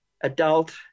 adult